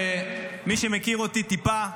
ומי שמכיר אותי טיפה,